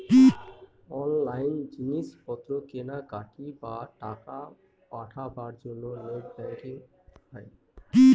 online জিনিস পত্র কেনাকাটি, বা টাকা পাঠাবার জন্য নেট ব্যাঙ্কিং হয়